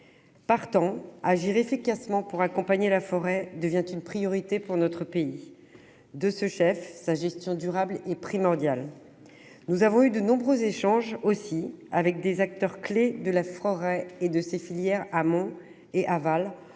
Partant, agir efficacement pour accompagner la forêt devient une priorité pour notre pays. De ce chef, sa gestion durable est primordiale. Nous avons eu de nombreux échanges avec des acteurs clefs de la forêt et de ses filières amont et aval.